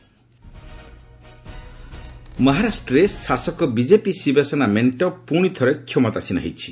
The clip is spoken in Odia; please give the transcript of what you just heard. ମହା ଇଲେକ୍ସନ୍ ମହାରାଷ୍ଟ୍ରରେ ଶାସକ ବିଜେପି ଶିବସେନା ମେଙ୍କ ପୁଣିଥରେ କ୍ଷମତାସୀନ ହୋଇଛି